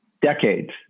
decades